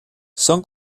son